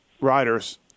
riders